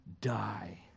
die